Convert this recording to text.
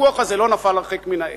התפוח הזה לא נפל הרחק מן העץ.